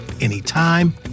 anytime